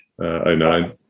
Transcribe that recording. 09